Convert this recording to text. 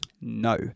No